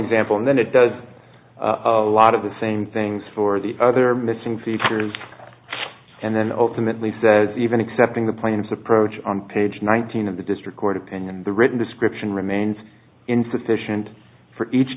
example and then it does a lot of the same things for the other missing features and then ultimately says even accepting the plaintiff's approach on page nineteen of the district court opinion the written description remains insufficient for each